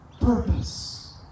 purpose